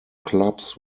clubs